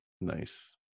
Nice